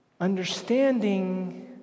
understanding